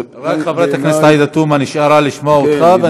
רק חברת הכנסת עאידה תומא נשארה לשמוע אותך.